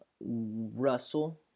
Russell